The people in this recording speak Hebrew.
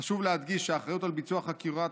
חשוב להדגיש שהאחריות לביצוע חקירת